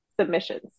submissions